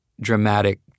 dramatic